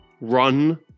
run